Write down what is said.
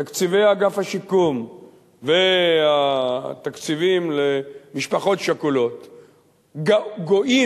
תקציבי אגף השיקום והתקציבים למשפחות שכולות גואים,